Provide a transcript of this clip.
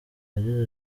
yagize